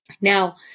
Now